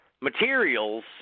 materials –